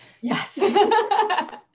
Yes